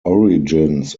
origins